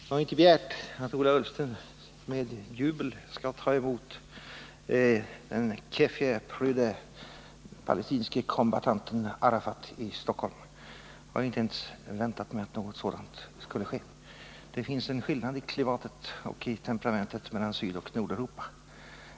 Herr talman! Jag har ju inte begärt att Ola Ullsten med jubel skall ta emot den keffiehprydde palestinske kombattanten Arafat i Stockholm. Jag har inte väntat mig att något sådant skulle ske — det finns en skillnad i klimatet och i temperamentet mellan Sydoch Nordeuropa.